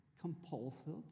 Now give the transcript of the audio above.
compulsive